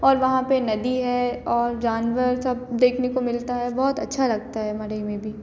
और वहाँ पर नदी है और जानवर सब देखने को मिलता है बहुत अच्छा लगता है मड़ई में भी